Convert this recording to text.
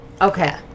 Okay